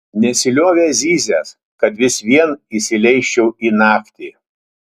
nesiliovė zyzęs kad vis vien įsileisčiau jį naktį